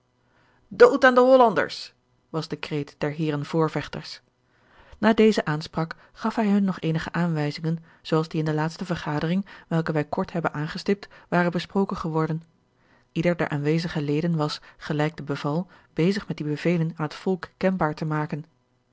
aan de hollanders was de kreet der heeren voorvechters na deze aanspraak gaf hij hun nog eenige aanwijzingen zooals die in de laatste vergadering welke wij kort hebben aangestipt waren besproken geworden ieder der aanwezigde leden was gelijk de beval bezig met die bevelen aan het volk kenbaar te maken